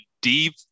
deep